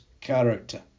character